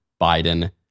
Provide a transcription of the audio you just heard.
biden